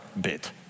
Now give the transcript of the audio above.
bit